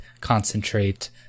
concentrate